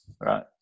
right